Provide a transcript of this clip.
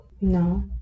No